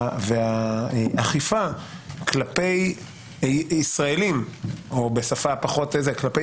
והאכיפה כלפי ישראלים או בשפה פחות כלפי